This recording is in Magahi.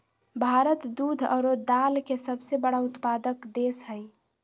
भारत दूध आरो दाल के सबसे बड़ा उत्पादक देश हइ